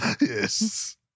yes